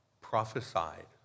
prophesied